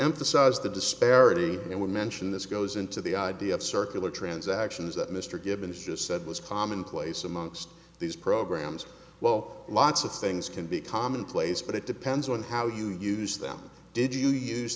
emphasize the disparity and would mention this goes into the idea of circular transactions that mr givens just said was commonplace amongst these programs well lots of things can be commonplace but it depends on how you use them did you use